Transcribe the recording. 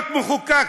להיות חקוק,